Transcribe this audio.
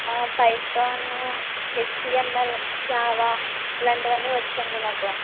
ఆ Python HTML Java ఇలాంటివన్నీ వచ్చండి నాకు